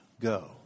Go